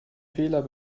fehler